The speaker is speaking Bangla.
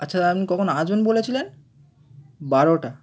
আচ্ছা দাদা আপনি কখন আসবেন বলেছিলেন বারোটা